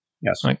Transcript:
yes